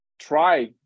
try